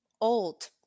old